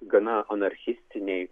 gana anarchistiniai